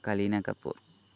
Kareena Kapoor